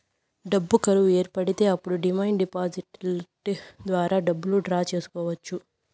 డబ్బు కరువు ఏర్పడితే అప్పుడు డిమాండ్ డిపాజిట్ ద్వారా డబ్బులు డ్రా చేసుకోవచ్చు